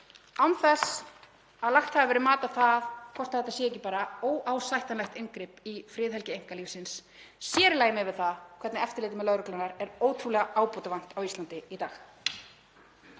án þess að lagt hafi verið mat á það hvort þetta sé ekki bara óásættanlegt inngrip í friðhelgi einkalífsins, sér í lagi miðað við það hvernig eftirliti með lögreglunni er ótrúlega ábótavant á Íslandi í dag.